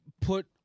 put